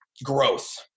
growth